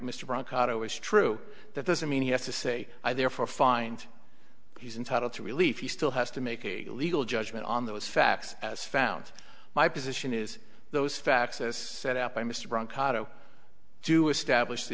mr brancato is true that doesn't mean he has to say i therefore find he's entitled to relief he still has to make a legal judgment on those facts as found my position is those facts as set out by mr brancato do establish the